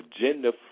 agenda